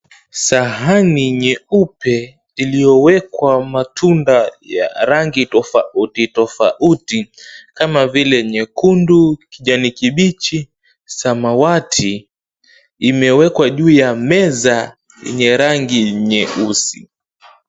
Sahani nyeupe, iliyowekwa matunda ya rangi tofauti tofauti kama vile nyekundu, kijani kibichi, na samawati, imewekwa juu ya meza yenye rangi nyeusi.